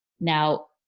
now,